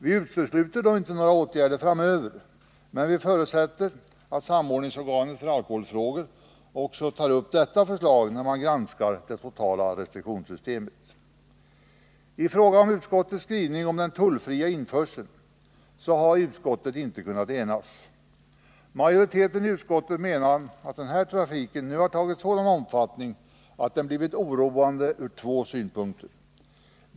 Vi utesluter dock inte åtgärder framöver, men vi förutsätter att samordningsorganet för alkoholfrågor tar upp också dessa förslag vid granskningen av det totala restriktionssystemet. I fråga om utskottets skrivning om den tullfria införseln av alkoholdrycker har utskottets ledamöter inte kunnat enas. Majoriteten i utskottet menar att den här trafiken nu har fått sådan omfattning att den blivit oroande ur två synpunkter.